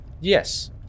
Yes